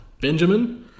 Benjamin